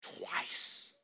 twice